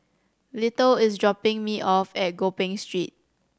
Little is dropping me off at Gopeng Street